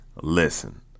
Listen